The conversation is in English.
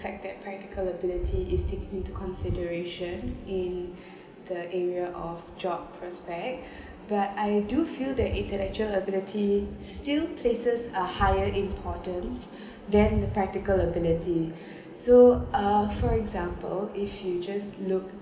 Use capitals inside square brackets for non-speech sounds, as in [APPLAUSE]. in fact that practical ability is taken into consideration in [BREATH] the area of job prospect [BREATH] but I do feel that intellectual ability still places are higher importance [BREATH] than the practical ability [BREATH] so uh for example if you just look